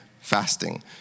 fasting